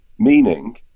Meaning